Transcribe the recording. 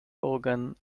organ